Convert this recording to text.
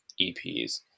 EPs